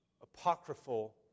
apocryphal